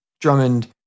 Drummond